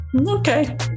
Okay